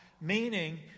Meaning